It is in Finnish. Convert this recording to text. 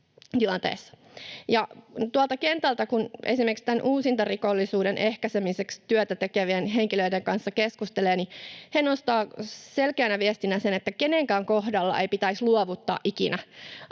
tuolla kentällä esimerkiksi uusintarikollisuuden ehkäisemiseksi työtä tekevien henkilöiden kanssa keskustelee, he nostavat selkeänä viestinä sen, että kenenkään kohdalla ei pitäisi luovuttaa ikinä. Aina